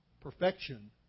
perfection